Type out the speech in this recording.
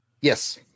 Yes